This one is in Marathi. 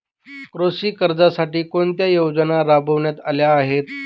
कृषी कर्जासाठी कोणत्या योजना राबविण्यात आल्या आहेत?